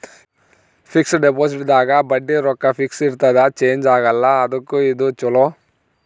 fix deposit ದಾಗ ಬಡ್ಡಿ ರೊಕ್ಕ ಫಿಕ್ಸ್ ಇರ್ತದ ಚೇಂಜ್ ಆಗಲ್ಲ ಅದುಕ್ಕ ಇದು ಚೊಲೊ